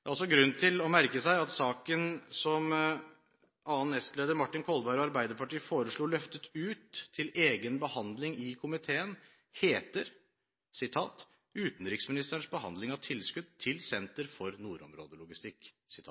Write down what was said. Det er også grunn til å merke seg at saken som annen nestleder Martin Kolberg og Arbeiderpartiet foreslo løftet ut til egen behandling i komiteen, heter «utenriksministerens behandling av tilskudd til Senter for nordområdelogistikk.» Det